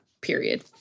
period